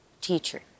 teacher